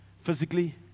physically